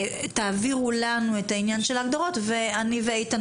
תעבירו לנו את העניין של ההגדרות ואני ואיתן